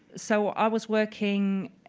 so i was working